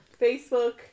Facebook